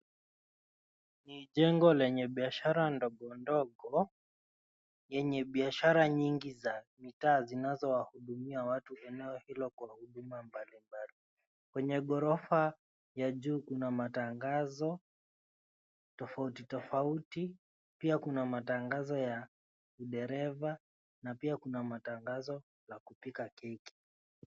Ni jengo lenye biashara ndogondogo yenye biashara nyingi za mitaa zinazowahudumia watu eneo hilo kwa huduma mbalimbali. Kwenye ghorofa la juu kuna matangazo tofautitofauti. Pia kuna matangazo ya udereva na pia kuna matangazo la kupika keki.